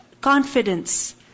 confidence